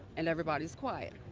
and everybody's quiet.